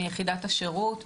מיחידת השירות,